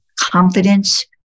confidence